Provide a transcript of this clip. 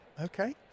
okay